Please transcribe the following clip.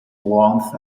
warmth